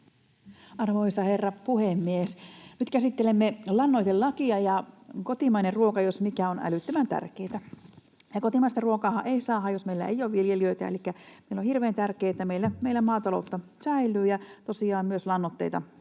Arvoisa herra puhemies! Nyt käsittelemme lannoitelakia, ja kotimainen ruoka jos mikä on älyttömän tärkeätä. Kotimaista ruokaahan ei saada, jos meillä ei ole viljelijöitä, elikkä meille on hirveän tärkeätä, että meillä maataloutta säilyy ja tosiaan myös lannoitteita